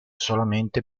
solamente